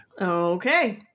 Okay